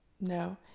No